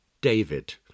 David